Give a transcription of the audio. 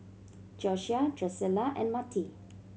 Josiah Drusilla and Matie